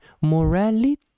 morality